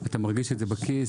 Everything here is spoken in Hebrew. אתה מרגיש את זה בכיס.